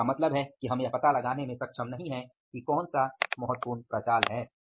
तो इसका मतलब है कि हम यह पता लगाने में सक्षम नहीं हैं कि कौन से महत्वपूर्ण प्रचाल हैं